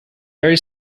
very